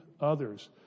others